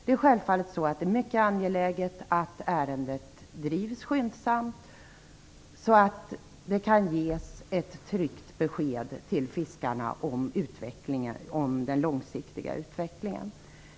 Det är självfallet mycket angeläget att ärendet drivs skyndsamt, så att fiskarna kan ges ett tryggt besked om den långsiktiga utvecklingen.